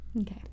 Okay